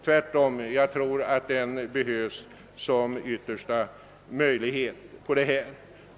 Tvärtom, jag tror att den behövs som yttersta utväg.